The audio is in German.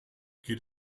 geht